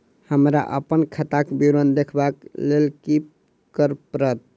हमरा अप्पन खाताक विवरण देखबा लेल की करऽ पड़त?